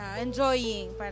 enjoying